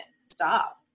stop